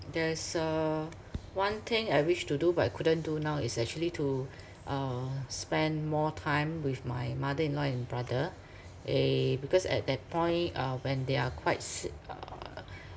there's uh one thing I wish to do but I couldn't do now is actually to uh spend more time with my mother in-law and brother eh because at that point uh when they are quite sick uh